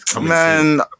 Man